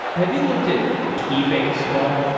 have you looked at keybase at all?